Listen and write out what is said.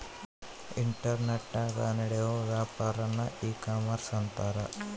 ಇಂಟರ್ನೆಟನಾಗ ನಡಿಯೋ ವ್ಯಾಪಾರನ್ನ ಈ ಕಾಮರ್ಷ ಅಂತಾರ